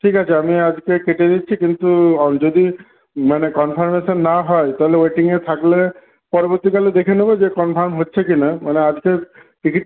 ঠিক আছে আমি আজকে কেটে দিচ্ছি কিন্তু ও যদি মানে কনফার্মেশন না হয় তাহলে ওয়েটিংয়ে থাকলে পরবর্তীকালে দেখে নেব যে কনফার্ম হচ্ছে কিনা মানে আজকে টিকিট